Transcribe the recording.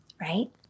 right